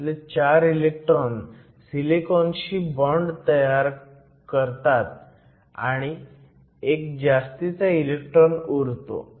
त्यातले 4 इलेक्ट्रॉन सिलिकॉनशी बॉण्ड तयार करतात आणि एक जास्तीचा इलेक्ट्रॉन उरतो